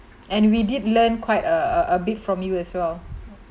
and we did learn quite a a bit from you as well